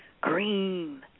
green